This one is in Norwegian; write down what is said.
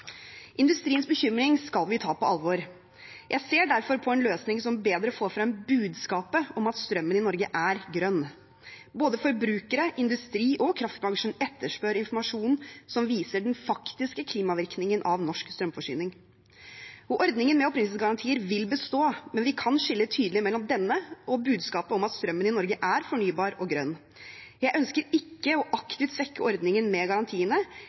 Industriens bekymring skal vi ta på alvor. Jeg ser derfor på en løsning som bedre får frem budskapet om at strømmen i Norge er grønn. Både forbrukere, industri og kraftbransjen etterspør informasjonen som viser den faktiske klimavirkningen av norsk strømforsyning. Ordningen med opprinnelsesgarantier vil bestå, men vi kan skille tydelig mellom denne og budskapet om at strømmen i Norge er fornybar og grønn. Jeg ønsker ikke å aktivt svekke ordningen med garantiene